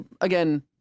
again